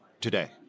today